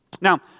Now